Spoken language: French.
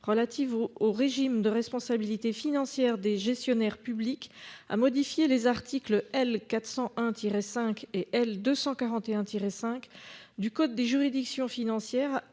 relatives au au régime de responsabilité financière des gestionnaires publics à modifier les articles L. 401 tiré 5 et L 241 tiré 5 du code des juridictions financières